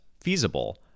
feasible